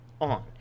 on